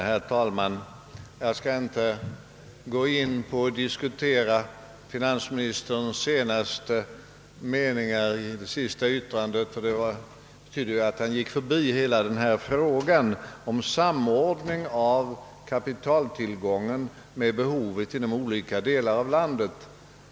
Herr talman! Jag skall inte ge mig in på någon diskussion om de sista meningarna i finansministerns senaste anförande; det är uppenbart att han gick förbi hela denna fråga om samordning mellan kapitaltillgången och behovet inom olika delar av landet.